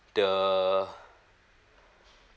the